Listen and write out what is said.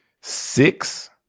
Six